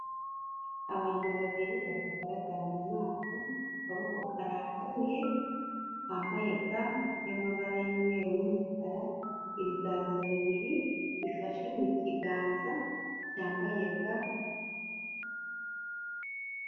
Abantu babiri batagaragara mu maso, akaboko karambuye, bambaye ga y'amabara y'umweru n'umukara, ibiganza bibiri bifashe mu kiganza cyambaye ga.